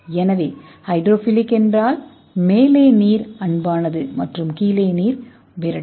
எனவே ஹைட்ரோஃபிலிக் என்றால் மேல் பாகம் நீரை விரும்புவது மற்றும் கீழ் பாகம் நீரை விரட்டும்